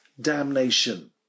damnation